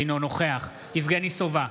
אינו נוכח יבגני סובה,